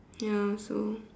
ya so